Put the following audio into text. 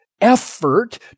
effort